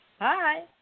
Hi